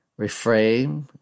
reframe